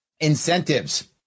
incentives